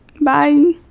Bye